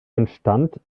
entstand